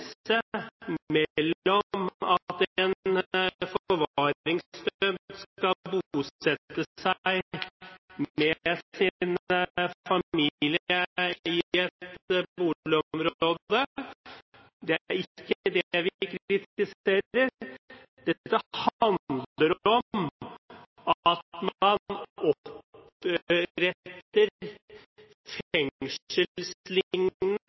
det går en grense mellom at en forvaringsdømt skal bosette seg med sin familie i et boligområde – det er ikke det vi kritiserer – og at man oppretter